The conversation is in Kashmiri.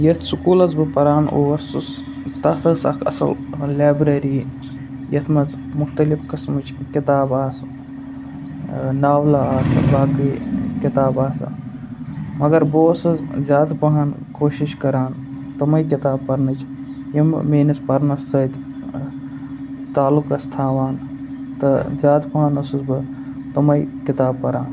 یتھ سکوٗلَس بہٕ پَران اوسُس تَتھ ٲس اکھ اَصٕل پَہم لیبریری یَتھ منٛز مُختٔلِف قٔسمٕچ کِتابہٕ آسہٕ ناولہٕ آسہٕ باقٕے کِتابہٕ آسہٕ مَگر بہٕ اوسُس زیادٕ پَہم کوٗشِش کران تٔمٕے کِتابہٕ پَرنٕچ یِم میٲنِس پَرنَس سۭتۍ تعلُق ٲس تھاوان تہٕ زیادٕ پَہم اوسُس بہٕ تِمے کِتابہٕ پَران